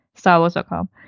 StarWars.com